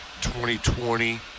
2020